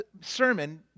sermon